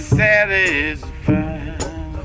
satisfied